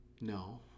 No